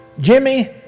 Jimmy